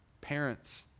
parents